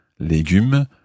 Légumes